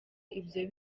ibyo